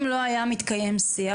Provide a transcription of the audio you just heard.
אם לא היה מתקיים שיח,